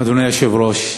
אדוני היושב-ראש,